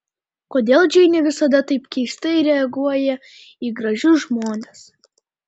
kodėl džeinė visada taip keistai reaguoja į gražius žmones